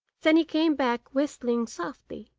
then he came back whistling softly.